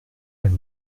elle